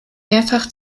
mehrfach